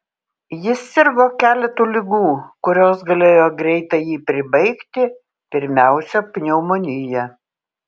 jis sirgo keletu ligų kurios galėjo greitai jį pribaigti pirmiausia pneumonija